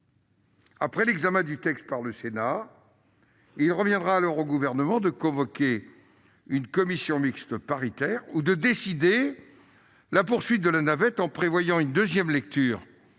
Après l'examen du texte par le Sénat, il reviendra alors au Gouvernement de convoquer une commission mixte paritaire ou de décider la poursuite de la navette parlementaire en prévoyant une deuxième lecture